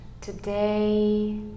today